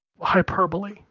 hyperbole